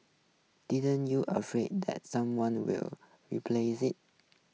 didn't you afraid that someone will replace it